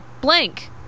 Blank